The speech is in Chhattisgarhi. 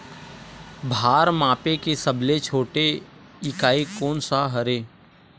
भार मापे के सबले छोटे इकाई कोन सा हरे?